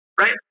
right